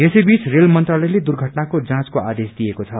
यसैबीच रेल मंत्रालयले दुर्घटनाको जाँचको आदेश दिएको छ